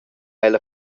ella